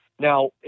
Now